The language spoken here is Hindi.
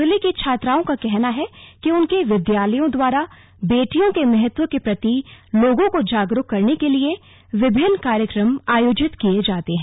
जिले की छात्राओं का कहना है कि उनके विद्यालयों द्वारा बेटियों के महत्व के प्रति लोगों को जागरूक करने के लिए विभिन्न कार्यक्रम आयोजित ऐ जाते हैं